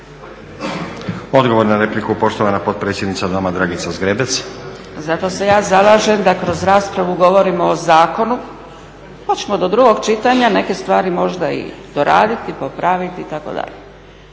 Odgovor na repliku, poštovana potpredsjednica Doma Dragica Zgrebec. **Zgrebec, Dragica (SDP)** Zato se ja zalažem da kroz raspravu govorimo o zakonu pa ćemo do drugog čitanja neke stvari možda i doraditi, popraviti itd.